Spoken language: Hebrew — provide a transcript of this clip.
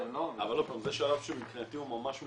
אבל עוד פעם, זה שלב שמבחינתי הוא ממש מתקדם,